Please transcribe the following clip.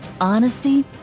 honesty